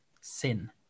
Sin